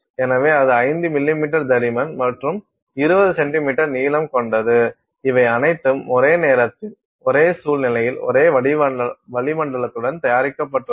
எனவே அது 5 மில்லிமீட்டர் தடிமன் மற்றும் 20 சென்டிமீட்டர் நீளம் கொண்டது இவை அனைத்தும் ஒரே நேரத்தில் ஒரே சூழ்நிலையில் ஒரே வளிமண்டலத்துடன் தயாரிக்கப்பட்டுள்ளன